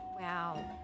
Wow